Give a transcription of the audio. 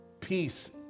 peace